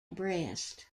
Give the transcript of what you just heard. brest